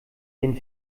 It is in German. den